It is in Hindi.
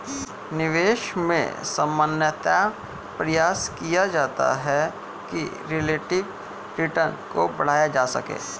निवेश में सामान्यतया प्रयास किया जाता है कि रिलेटिव रिटर्न को बढ़ाया जा सके